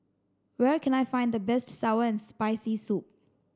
where can I find the best sour and spicy soup